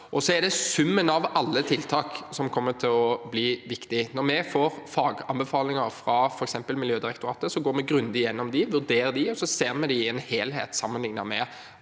vi ser. Det er summen av alle tiltak som kommer til å bli viktig. Når vi får faganbefalinger fra f.eks. Miljødirektoratet, går vi grundig igjennom dem, vurderer dem og ser dem i en helhet, sammen med